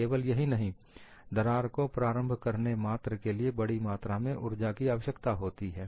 केवल यही नहीं दरार को प्रारंभ करने मात्र के लिए बड़ी मात्रा में ऊर्जा की आवश्यकता होती है